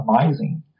amazing